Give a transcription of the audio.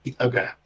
Okay